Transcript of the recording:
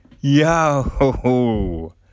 Yo